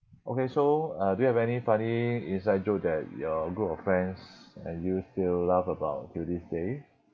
okay so uh do you have any funny inside joke that your group of friends and you still laugh about till this day